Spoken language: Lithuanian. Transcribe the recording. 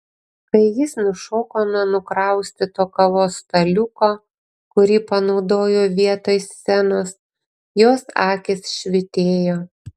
kai jis nušoko nuo nukraustyto kavos staliuko kurį panaudojo vietoj scenos jos akys švytėjo